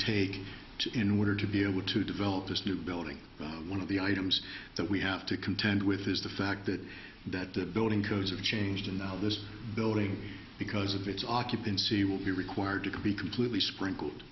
take in order to be able to develop this new building one of the items that we have to contend with is the fact that that the building codes have changed and now this building because of its occupancy will be required to be completely sprinkled